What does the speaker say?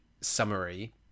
summary